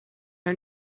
are